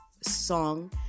song